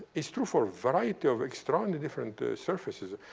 it's true for a variety of extraordinary different surfaces.